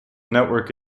network